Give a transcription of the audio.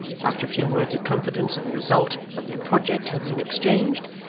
after a few words of confidence in the result of their project had been exchanged,